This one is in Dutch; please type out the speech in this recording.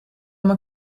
mijn